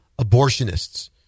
abortionists